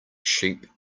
sheep